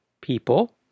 people